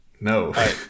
no